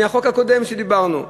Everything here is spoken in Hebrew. לחוק הקודם שדיברנו עליו: